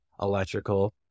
electrical